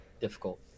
difficult